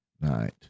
Night